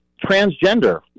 transgender